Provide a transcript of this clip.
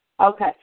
Okay